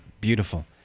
Beautiful